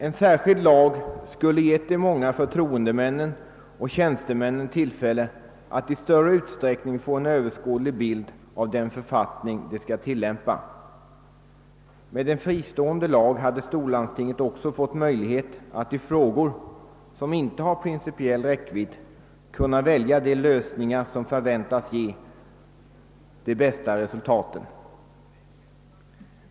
En särskild lag skulle ha givit de många förtroendeoch tjänstemännen tillfälle att i större utsträckning få en överskådlig bild av den författning som de skall tillämpa. Med en fristående lag hade storlandstinget också fått möjligheter att i frågor som inte har principiell räckvidd välja de lösningar som väntas ge de bästa resultaten.